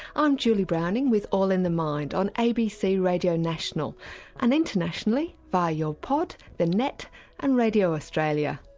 i'm julie browning with all in the mind on abc radio national and internationally via your pod, the net and radio australia.